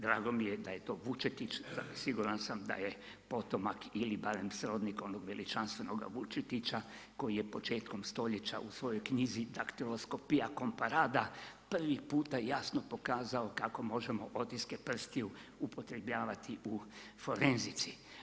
Drago mi je da je to Vučetić, siguran sam da je potomak ili barem srodnik onog veličanstvenog Vučetića koji je početkom stoljeća u svojoj knjizi Daktiloskopija comparada prvi puta jasno pokazao kako možemo otiske prstiju upotrjebljavati u forenzici.